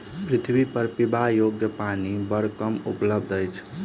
पृथ्वीपर पीबा योग्य पानि बड़ कम उपलब्ध अछि